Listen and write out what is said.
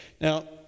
Now